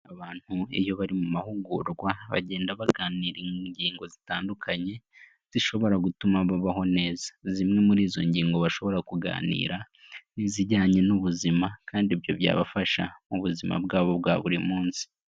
Abantu iyo bari mu mahugurwa bagenda baganira ingingo zitandukanye, zishobora gutuma babaho neza, zimwe muri izo ngingo bashobora kuganira, n'izijyanye n'ubuzima kandi ibyo byabafasha mu buzima bwabo bwa buri munsi.